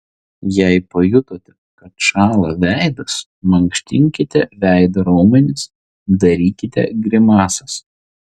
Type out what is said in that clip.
jei pajutote kad šąla veidas mankštinkite veido raumenis darykite grimasas